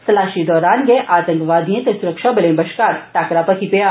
तलाषी दरान गे आतंकवादिएं ते सुरक्षााबलें बष्कार टाकरा भखी पेआ